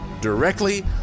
directly